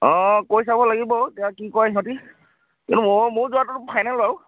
অঁ কৈ চাব লাগিব এতিয়া কি কয় সিহঁতি কিন্তু মই মোৰ যোৱাটোতো ফাইনেল বাৰু